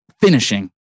finishing